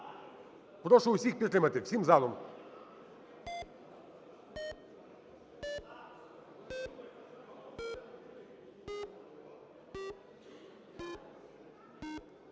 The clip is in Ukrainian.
Прошу всіх підтримати всім залом.